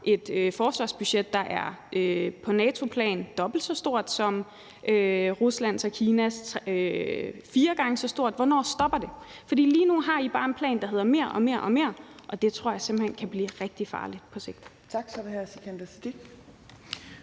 et forsvarsbudget, der på NATO-plan er dobbelt så stort som Ruslands og Kinas, eller fire gange så stort? Hvornår stopper det? For lige nu har I bare en plan, der hedder mere og mere, og det tror jeg simpelt hen kan blive rigtig farligt på sigt.